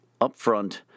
upfront